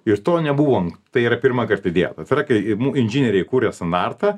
ir to nebuvo tai yra pirmąkart idėta tai yra kai nu inžinieriai kuria standartą